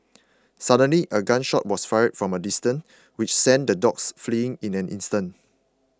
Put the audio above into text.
suddenly a gun shot was fired from a distance which sent the dogs fleeing in an instant